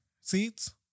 seats